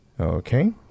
Okay